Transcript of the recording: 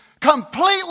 completely